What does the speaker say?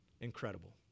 Incredible